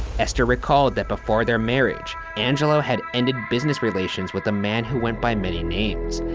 esther recalled that before their marriage, angelo had ended business relations with a man who went by many names.